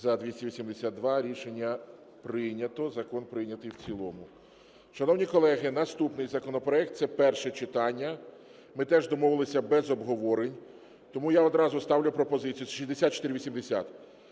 За-282 Рішення прийнято. Закон прийнятий в цілому. Шановні колеги, наступний законопроект – це перше читання, ми теж домовились без обговорень, тому я одразу ставлю пропозицію, 6480.